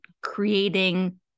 creating